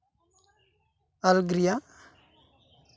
Algeria